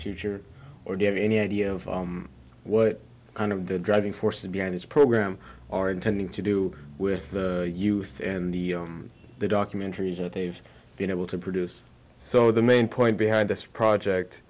future or do you have any idea of what kind of the driving forces behind this program are intending to do with the youth and the documentaries that they've been able to produce so the main point behind this project